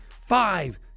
five